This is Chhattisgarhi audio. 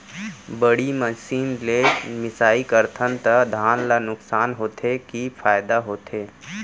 बड़ी मशीन ले मिसाई करथन त धान ल नुकसान होथे की फायदा होथे?